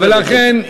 ולכן,